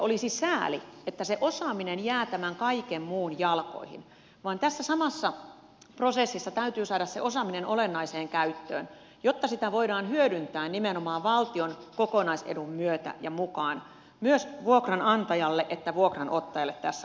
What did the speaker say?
olisi sääli jos se osaaminen jäisi tämän kaiken muun jalkoihin ja tässä samassa prosessissa täytyy saada se osaaminen olennaiseen käyttöön jotta sitä voidaan hyödyntää nimenomaan valtion kokonaisedun myötä ja mukaan sekä vuokranantajalle että vuokranottajalle tässä kohtaa